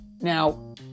Now